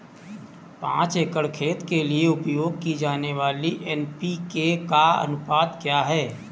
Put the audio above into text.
पाँच एकड़ खेत के लिए उपयोग की जाने वाली एन.पी.के का अनुपात क्या है?